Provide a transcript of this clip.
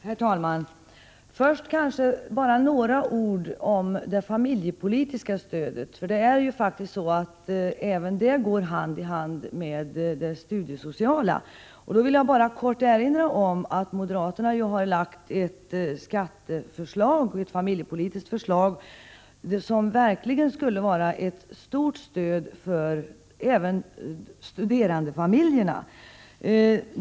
Herr talman! Först några ord om det familjepolitiska stödet, för det går 9 april 1987 faktiskt hand i hand med det studiesociala stödet. Jag vill kort erinra om att moderaterna lagt fram ett skatteförslag, ett familjepolitiskt förslag, som verkligen skulle ge ett stort stöd även för studerandefamiljerna.